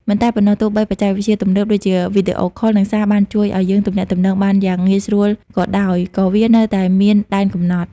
មិនតែប៉ុណ្ណោះ ទោះបីបច្ចេកវិទ្យាទំនើបដូចជាវីដេអូខល និងសារ បានជួយឱ្យយើងទំនាក់ទំនងបានយ៉ាងងាយស្រួលក៏ដោយ ក៏វានៅតែមានដែនកំណត់។